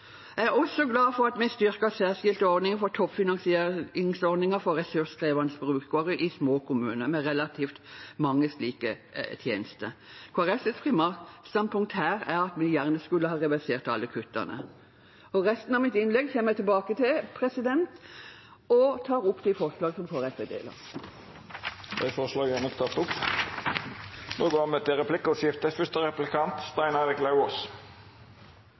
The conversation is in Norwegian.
Jeg er også glad for at vi har styrket særskilte ordninger som toppfinansieringsordningen for ressurskrevende brukere i små kommuner med relativt mange slike tjenester. Kristelig Folkepartis primærstandpunkt her er at vi gjerne skulle ha reversert alle kuttene. Resten av mitt innlegg kommer jeg tilbake til. Det vert replikkordskifte. Kristelig Folkeparti har hatt en god dialog med Fremskrittspartiet. Det er interessant å høre når Fremskrittspartiet ellers i offentlighet har slått opp med